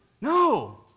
No